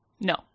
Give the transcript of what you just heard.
No